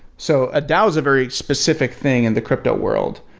so a dao is very specific thing in the crypto world.